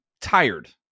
tired